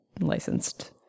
licensed